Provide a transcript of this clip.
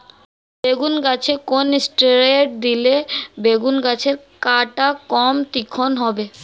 বেগুন গাছে কোন ষ্টেরয়েড দিলে বেগু গাছের কাঁটা কম তীক্ষ্ন হবে?